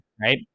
right